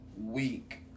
week